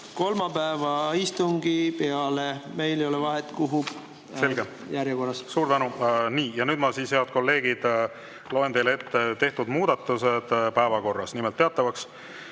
kolmapäevase istungi peale. Meil ei ole vahet, kuhu järjekorras. Selge! Suur tänu! Ja nüüd ma siis, head kolleegid, loen teile ette tehtud muudatused päevakorras. Nimelt, teatavaks